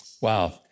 Wow